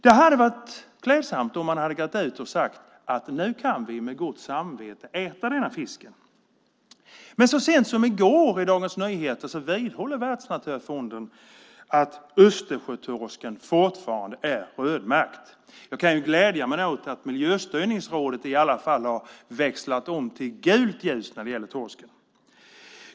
Det hade varit klädsamt om man hade gått ut och sagt att nu kan vi med gott samvete äta denna fisk. Men så sent som i går i Dagens Nyheter vidhåller Världsnaturfonden att Östersjötorsken fortfarande är rödmärkt. Jag kan glädja mig åt att Miljöstyrningsrådet i alla fall har växlat om till gult ljus när det gäller torsken.